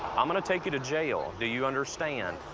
i'm going to take you to jail. do you understand?